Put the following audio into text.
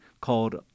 called